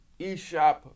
eShop